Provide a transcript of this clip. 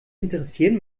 interessieren